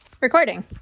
Recording